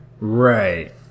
Right